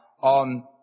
on